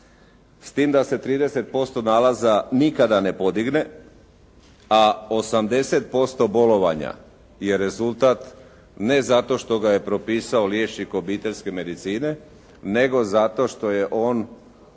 s tim da se 30% nalaza nikada ne podigne a 80% bolovanja je rezultat ne zato što ga je propisao liječnik obiteljske medicine nego zato što je on